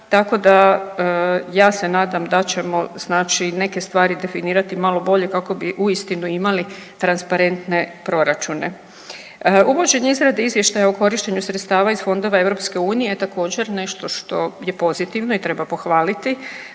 tako da ja se nadam da ćemo znači neke stvari definirati malo bolje kako bi uistinu imali transparentne proračune. Uvođenje izrada izvještaja o korištenju sredstva iz fondova EU je također nešto što je pozitivno i treba pohvaliti.